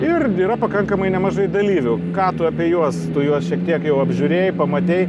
ir yra pakankamai nemažai dalyvių ką tu apie juos tu juos šiek tiek jau apžiūrėjai pamatei